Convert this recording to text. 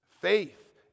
Faith